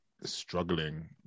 struggling